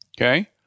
okay